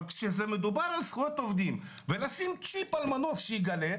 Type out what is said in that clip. אבל כשמדובר על זכויות עובדים ולשים צ'יפ על מנוף שיגלה,